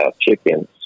chickens